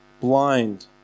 blind